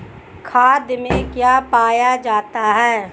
खाद में क्या पाया जाता है?